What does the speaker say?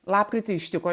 lapkritį ištiko